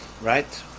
right